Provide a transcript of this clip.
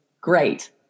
great